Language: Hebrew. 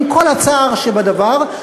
עם כל הצער שבדבר,